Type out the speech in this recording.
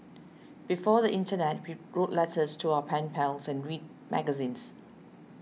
before the internet we wrote letters to our pen pals and read magazines